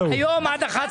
היום עד 11